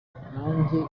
nanjye